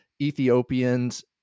Ethiopians